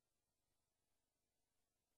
מאוד אינטימי, מאוד מאוד אינטימי,